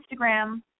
Instagram